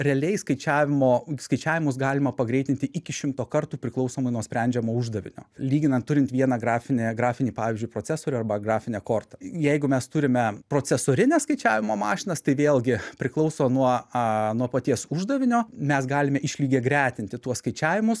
realiai skaičiavimo skaičiavimus galima pagreitinti iki šimto kartų priklausomai nuo sprendžiamo uždavinio lyginant turint vieną grafinę grafinį pavyzdžiui procesorių arba grafinę kortą jeigu mes turime procesorines skaičiavimo mašinas tai vėlgi priklauso nuo a nuo paties uždavinio mes galime išlygiagretinti tuos skaičiavimus